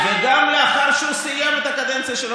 גם לאחר שהוא סיים את הקדנציה שלו